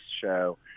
Show